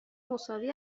مساوی